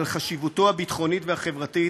על חשיבותו הביטחונית והחברתית,